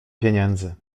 pieniędzy